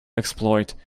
exploit